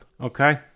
Okay